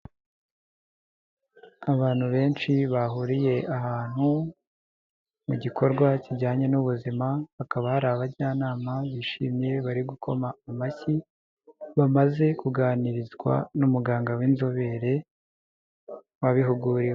Abantu benshi bahuriye ahantu mu gikorwa kijyanye n'ubuzima hakaba hari abajyanama bishimye bari gukoma amashyi bamaze kuganirizwa n'umuganga w'inzobere wabihuguriwe.